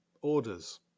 orders